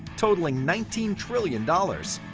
totaling nineteen trillion dollars.